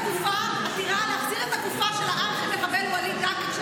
עתירה להחזיר את הגופה של הארכי-מחבל וליד דקה,